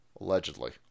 allegedly